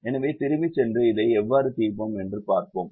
எனவே திரும்பிச் சென்று இதை எவ்வாறு தீர்ப்போம் என்று பார்ப்போம்